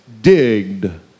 digged